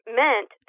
meant